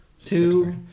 Two